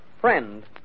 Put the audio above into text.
friend